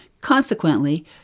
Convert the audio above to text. Consequently